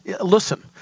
listen